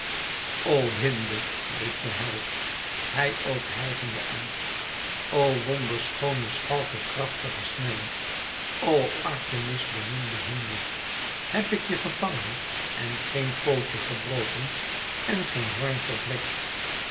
o hinde riep de held hij ook hijgende uit o wonderschoone schalke krachtige snelle o artemis beminde hinde heb ik je gevangen en geen pootje gebroken en geen hoorn verwrikt